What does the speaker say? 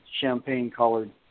champagne-colored